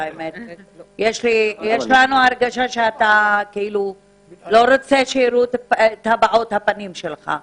יש לנו הרגשה כאילו אתה לא רוצה שיראו את הבעות הפנים שלך.